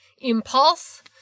impulse